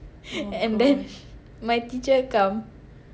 and then my teacher come